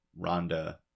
Rhonda